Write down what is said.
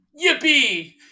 yippee